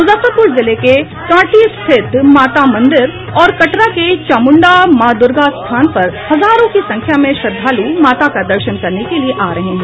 मुजफ्फरपुर जिले के कांटी स्थित माता मंदिर और कटरा के चामुंडा माँ दुर्गा स्थान पर हजारों की संख्या में श्रद्धालू माता का दर्शन करने के लिए आ रहे हैं